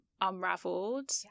unraveled